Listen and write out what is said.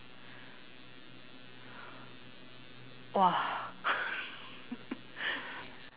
!wah!